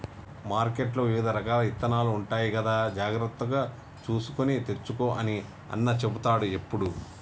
మార్కెట్లో వివిధ రకాల విత్తనాలు ఉంటాయి కదా జాగ్రత్తగా చూసుకొని తెచ్చుకో అని అన్న చెపుతాడు ఎప్పుడు